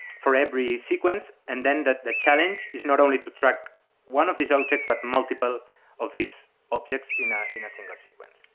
for every sequence, and then the the challenge is not only to track one of these objects, but multiple of these objects in ah in a single sequence.